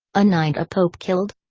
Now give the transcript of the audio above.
a knight a pope killed?